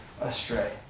astray